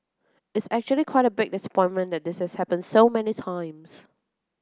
it's actually quite a big disappointment that this has happened so many times